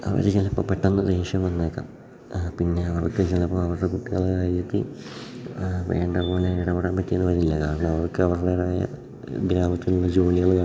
അവർ ചിലപ്പം പെട്ടന്ന് ദേഷ്യം വന്നേക്കാം പിന്നെ അവർക്ക് ചിലപ്പോൾ അവരുടെ കുട്ടികളെ കാര്യത്തിൽ വേണ്ട പോലെ ഇടപെടാൻ പറ്റിയെന്ന് വരില്ല കാരണം അവർക്ക് അവരുടെതായ ഗ്രാമത്തിലുള്ള ജോലികൾ കാണും